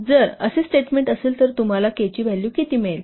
जर असे स्टेटमेंट असेल तर तुम्हाला K ची व्हॅलू किती मिळेल